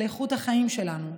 על איכות החיים שלנו.